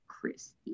Christy